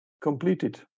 completed